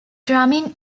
drumming